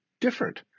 different